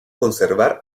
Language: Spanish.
conservar